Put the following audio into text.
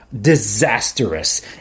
disastrous